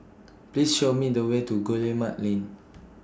Please Show Me The Way to Guillemard Lane